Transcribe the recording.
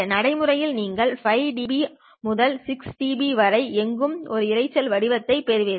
நடைமுறையில் நீங்கள் 5 dB முதல் 6 dB வரை எங்கும் ஒரு இரைச்சலின் வடிவத்தையைப் பெறுவீர்கள்